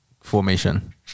formation